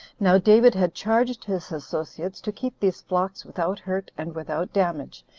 now david had charged his associates to keep these flocks without hurt and without damage,